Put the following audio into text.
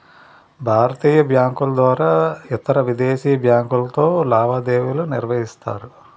భారతీయ బ్యాంకుల ద్వారా ఇతరవిదేశీ బ్యాంకులతో లావాదేవీలు నిర్వహిస్తారు